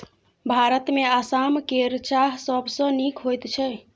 भारतमे आसाम केर चाह सबसँ नीक होइत छै